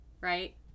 Right